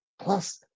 Plus